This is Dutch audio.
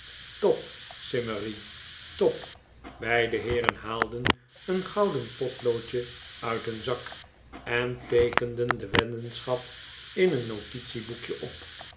top simmery top beide heeren haalden een gouden potloodje uit hun zak en teekenden de weddenschap in een notitieboekje op